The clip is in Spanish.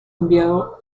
enviado